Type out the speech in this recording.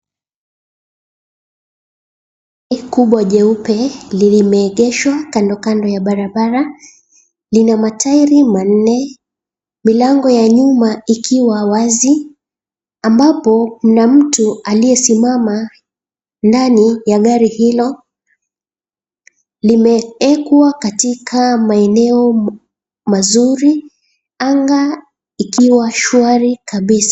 Lorry kubwa jeupe limeegeshwa kandokando ya barabara lina matairi manne, mlango wa nyuma ukiwa wazi ambapo kuna mtu aliye simama kwa ndani ya lorry hio, limewekwa katika eneo mazuri, anga ikiwa shwari kabisa.